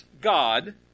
God